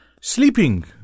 sleeping